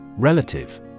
Relative